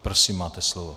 Prosím, máte slovo.